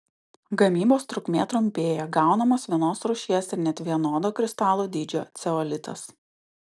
gamybos trukmė trumpėja gaunamas vienos rūšies ir net vienodo kristalų dydžio ceolitas